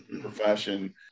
profession